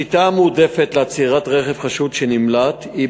השיטה המועדפת לעצירת רכב חשוד שנמלט היא